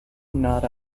not